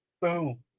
Boom